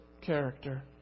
character